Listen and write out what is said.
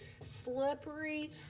slippery